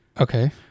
Okay